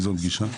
ליזום פגישה.